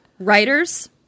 Writers